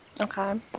Okay